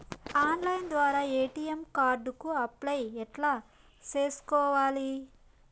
Online ద్వారా ATM card కు apply ఎట్లా సేసుకోవాలి?